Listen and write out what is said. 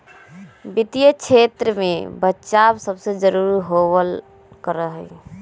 वित्तीय क्षेत्र में बचाव सबसे जरूरी होबल करा हई